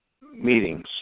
meetings